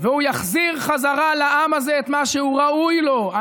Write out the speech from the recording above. והוא יחזיר חזרה לעם הזה את מה שהוא ראוי לו,